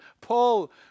Paul